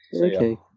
Okay